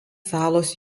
salos